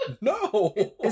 no